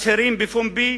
מצהירים בפומבי